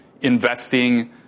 investing